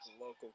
local